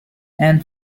and